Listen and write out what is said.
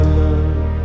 love